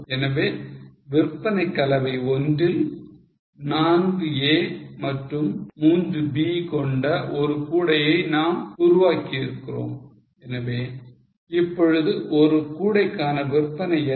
எனவே விற்பனை கலவை 1 ல் 4 A மற்றும் 3 B கொண்ட ஒரு கூடையை நாம் உருவாக்கியிருக்கிறோம் எனவே இப்பொழுது ஒரு கூடை கான விற்பனை என்ன